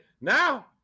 Now